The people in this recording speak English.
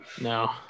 No